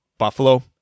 Buffalo